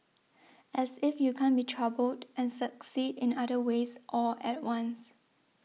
as if you can't be troubled and succeed in other ways all at once